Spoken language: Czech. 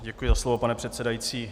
Děkuji za slovo, pane předsedající.